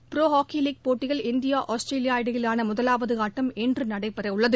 pro hockey league போட்டியில் India Australia இடையிலான முதலாவது ஆட்டம் இன்று நடைபெறவுள்ளது